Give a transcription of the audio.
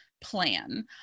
plan